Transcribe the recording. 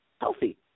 healthy